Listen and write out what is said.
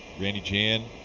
granny jan,